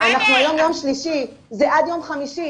אנחנו היום ביום שלישי, זה עד יום חמישי.